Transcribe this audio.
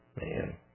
man